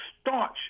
staunch